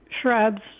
shrubs